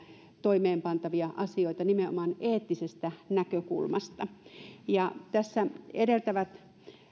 toimeen pantavia asioita nimenomaan eettisestä näkökulmasta edeltävät